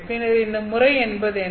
பின்னர் இந்த மோட் என்பது என்ன